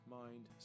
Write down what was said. mind